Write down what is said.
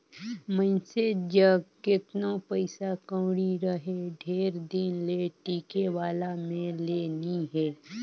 मइनसे जग केतनो पइसा कउड़ी रहें ढेर दिन ले टिके वाला में ले नी हे